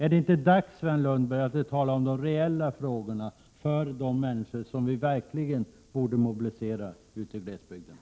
Är det inte dags, Sven Lundberg, att vi talar om de reella frågorna för de människor som vi verkligen borde mobilisera ute i glesbygden?